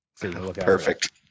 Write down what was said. Perfect